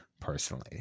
personally